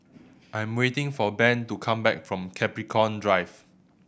I am waiting for Ben to come back from Capricorn Drive